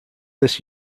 this